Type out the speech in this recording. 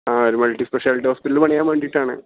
ആ ഒരു multi speciality hospital പണിയാൻ വേണ്ടിയിട്ടാണ്